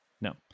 No